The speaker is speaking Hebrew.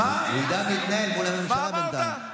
הוא ידאג להתנהל מול הממשלה בינתיים.